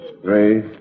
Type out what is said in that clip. three